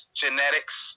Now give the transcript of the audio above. genetics